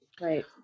Right